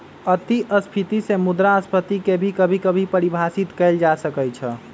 अतिस्फीती से मुद्रास्फीती के भी कभी कभी परिभाषित कइल जा सकई छ